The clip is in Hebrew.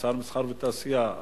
כשר מסחר ותעשייה,